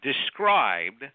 described